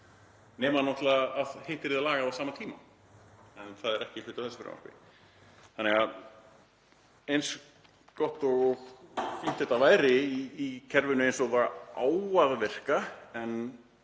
nema náttúrlega að hitt yrði lagað á sama tíma. En það er ekki hluti af þessu frumvarpi. Þannig að eins gott og fínt og þetta væri í kerfinu eins og það á að virka